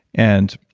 and